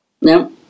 No